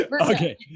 Okay